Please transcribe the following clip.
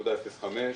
זה מכניס כסף למדינה.